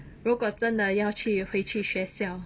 如果真的要去回去学校